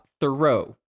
Thoreau